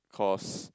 cause